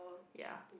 ya